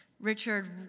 Richard